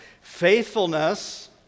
Faithfulness